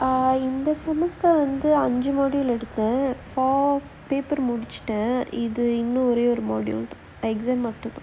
um இந்த:intha semester வந்து அஞ்சு:vanthu anju model எடுத்தேன்:eduthaen eh paper முடிச்சிட்டேன் இது இன்னும் ஒரே ஒரு:mudichittaen ithu innum orae oru model exam அப்புறம்:appuram